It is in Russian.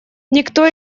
никто